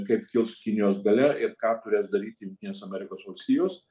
kaip kils kinijos galia ir ką turės daryt jungtinės amerikos valstijos